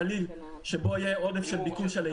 לאחר קביעת המכסה לכלל המבקשים בקרב אוכלוסייה